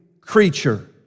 creature